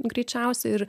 greičiausiai ir